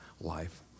life